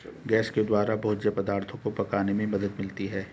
gas के द्वारा भोज्य पदार्थो को पकाने में मदद मिलती है